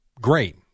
great